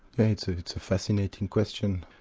yeah it's it's a fascinating question.